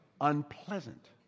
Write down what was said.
unpleasant